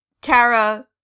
Kara